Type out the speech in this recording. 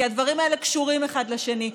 כי הדברים האלה קשורים אחד לשני.